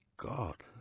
god.